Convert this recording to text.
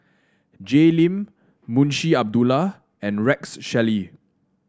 Jay Lim Munshi Abdullah and Rex Shelley